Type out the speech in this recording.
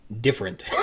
different